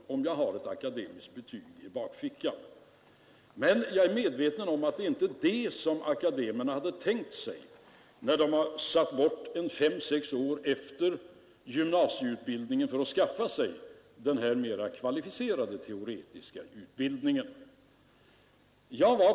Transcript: Men jag är medveten om att det inte är vad akademikerna har tänkt sig när de har avsatt fem å sex år efter gymnasieutbildning för att skaffa sig denna mera kvalificerade teoretiska utbildning.